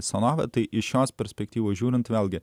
sanavę tai iš šios perspektyvos žiūrint vėlgi